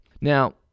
Now